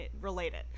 related